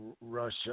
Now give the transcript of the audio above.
Russia